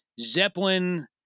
Zeppelin